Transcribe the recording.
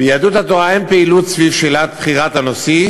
ביהדות התורה אין פעילות סביב שאלת בחירת הנשיא,